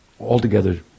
altogether